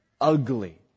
Ugly